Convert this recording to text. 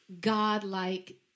God-like